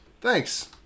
Thanks